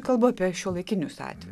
kalbu apie šiuolaikinius atve